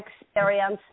experience